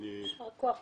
יישר כוח.